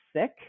sick